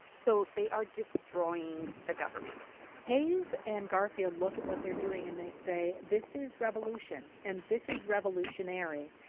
so they are destroying the government hayes and garfield look at what they're doing, and they say, this is revolution and this is revolutionary,